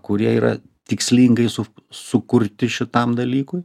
kurie yra tikslingai su sukurti šitam dalykui